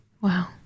Wow